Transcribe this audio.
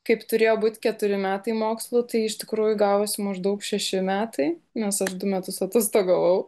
kaip turėjo būt keturi metai mokslų tai iš tikrųjų gavusi maždaug šeši metai nes aš du metus atostogavau